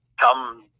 come